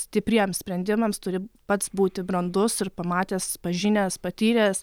stipriems sprendimams turi pats būti brandus ir pamatęs pažinęs patyręs